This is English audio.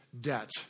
debt